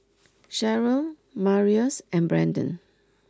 Sharyl Marius and Branden